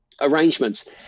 arrangements